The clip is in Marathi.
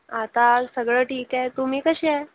आता सगळं ठीक आहे तुम्ही कसे आहे